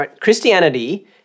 Christianity